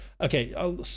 Okay